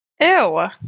Ew